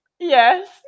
yes